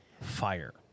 fire